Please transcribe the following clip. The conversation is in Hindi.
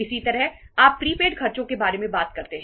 इसी तरह आप प्रीपेड खर्चों के बारे में बात करते हैं